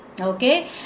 Okay